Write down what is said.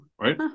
Right